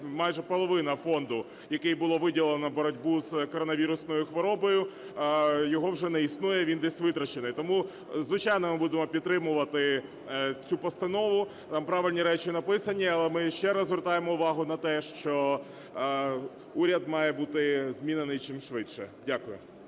майже половина фонду, який було виділено на боротьбу з коронавірусною хворобою, його вже не існує, він десь витрачений. Тому, звичайно, ми будемо підтримувати цю постанову, там правильні речі написані, але ми ще раз звертаємо увагу на те, що уряд має бути змінений чимшвидше. Дякую.